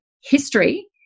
history